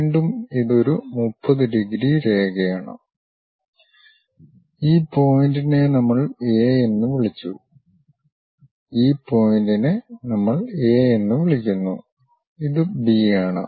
വീണ്ടും ഇത് ഒരു 30 ഡിഗ്രി രേഖയാണ് ഈ പോയിന്റിനെ നമ്മൾ എ എന്ന് വിളിച്ചു ഈ പോയിന്റിനെ നമ്മൾ എ എന്ന് വിളിക്കുന്നു ഇത് ബി ആണ്